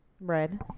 Red